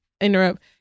interrupt